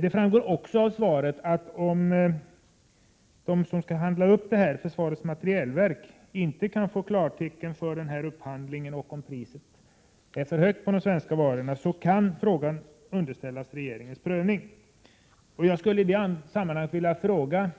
Det framgår också av svaret att om försvarets materielverk inte kan få klartecken för upphandlingen på grund av att priset på de svenska varorna är för högt kan frågan underställas regeringens prövning. Jag skulle i detta sammanhang vilja fråga